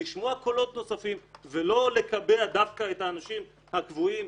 לשמוע קולות נוספים ולא לקבע דווקא את האנשים הקבועים,